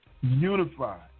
Unified